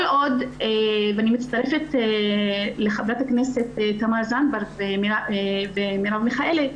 אני מצטרפת לחברות הכנסת תמר זנדברג ומרב מיכאלי,